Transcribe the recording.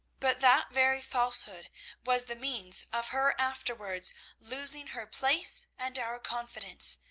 but that very falsehood was the means of her afterwards losing her place and our confidence,